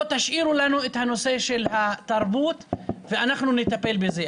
תשאירו לנו את הנושא של התרבות ואנחנו נטפל בזה.